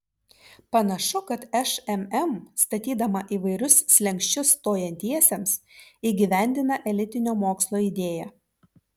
panašu kad šmm statydama įvairius slenksčius stojantiesiems įgyvendina elitinio mokslo idėją